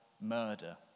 murder